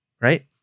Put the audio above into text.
right